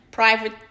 Private